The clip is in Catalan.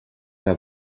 que